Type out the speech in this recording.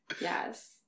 Yes